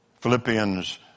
Philippians